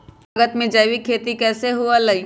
कम लागत में जैविक खेती कैसे हुआ लाई?